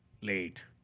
Late